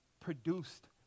produced